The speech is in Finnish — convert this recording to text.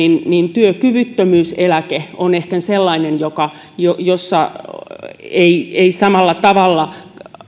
työkyvyttömyys eläke on ehkä sellainen joka ei ei samalla tavalla